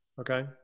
Okay